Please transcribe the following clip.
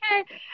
okay